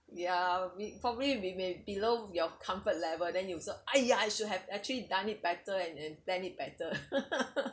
ya we probably we may below your comfort level then you also !aiya! I should have actually done it better and and spend it better